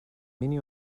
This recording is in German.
mini